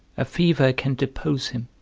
a fever can depose him